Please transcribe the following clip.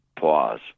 Pause